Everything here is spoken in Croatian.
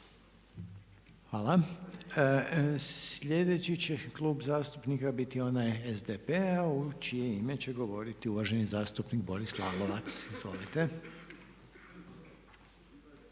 Hvala. Sljedeći će Klub zastupnika biti onaj SDP-a u čije ime će govoriti uvaženi zastupnik Boris Lalovac. Izvolite.